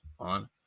On